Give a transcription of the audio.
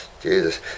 Jesus